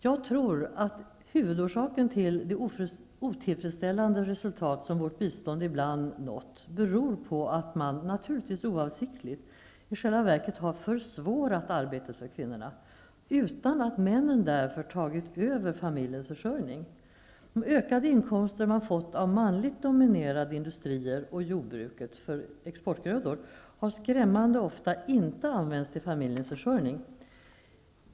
Jag tror att huvudorsaken till de otillfredsställande resultat som vårt bistånd ibland nått beror på att man, naturligtvis oavsiktligt, i själva verket har försvårat arbetet för kvinnorna, utan att männen därför tagit över familjens försörjning. De ökade inkomster som man har fått av manligt dominerade industrier och jordbruk för exportgrödor har skrämmande ofta inte använts till familjens försörjning.